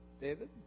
David